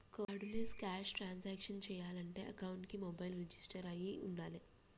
cardless cash transactions చెయ్యాలంటే అకౌంట్కి mobile register అయ్యి వుండాలే